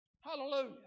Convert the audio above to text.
Hallelujah